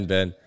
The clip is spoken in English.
Ben